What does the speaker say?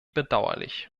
bedauerlich